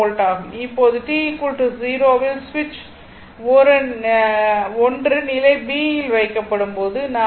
இப்போது t 0 இல் சுவிட்ச் 1 நிலை b இல் வைக்கப்படும் போது நாம் கே